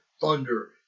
thunder